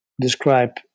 describe